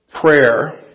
prayer